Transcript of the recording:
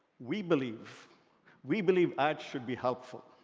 we believe we believe ads should be helpful.